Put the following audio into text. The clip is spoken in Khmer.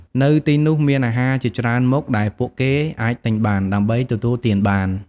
នៅទីនោះ មានអាហារជាច្រើនមុខដែលពួកគេអាចទិញបាន ដើម្បីទទួលទានបាន។